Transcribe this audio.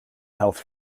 health